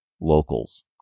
locals